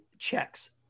Checks